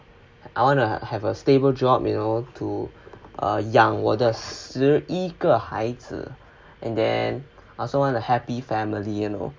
I want to have a stable job you know to 养我的十一个孩子 and then I also want a happy family you know